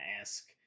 ask